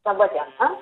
laba diena